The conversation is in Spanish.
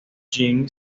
jim